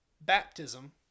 baptism